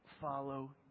follow